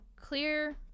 clear